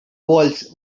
walls